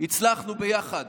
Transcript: הצלחנו יחד